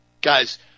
Guys